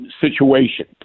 situation